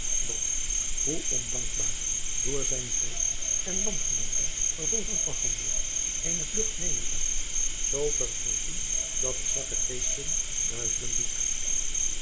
dat hoe on dankbaar door zijne tijd en landgenooten vervolgens behandeld eene vlugt nemen zou zoo verheven dat het zwakke geesten duizelen doet